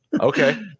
Okay